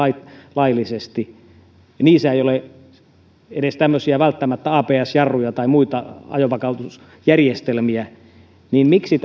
laillisesti niissä ei ole välttämättä edes tämmöisiä abs jarruja tai muita ajonvakautusjärjestelmiä niin miksi